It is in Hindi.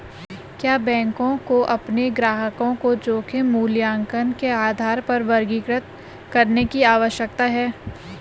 क्या बैंकों को अपने ग्राहकों को जोखिम मूल्यांकन के आधार पर वर्गीकृत करने की आवश्यकता है?